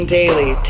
daily